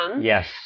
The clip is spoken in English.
Yes